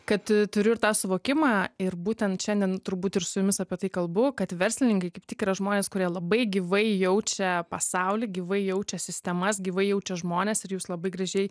kad turiu ir tą suvokimą ir būtent šiandien turbūt ir su jumis apie tai kalbu kad verslininkai kaip tik yra žmonės kurie labai gyvai jaučia pasaulį gyvai jaučia sistemas gyvai jaučia žmones ir jūs labai gražiai